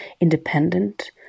independent